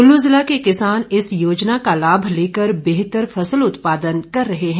कुल्लू जिला के किसान इस योजना का लाभ लेकर बेहतर सफल उत्पादन कर रहे हैं